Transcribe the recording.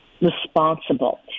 responsible